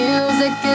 Music